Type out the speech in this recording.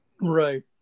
Right